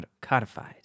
codified